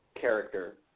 character